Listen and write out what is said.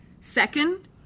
Second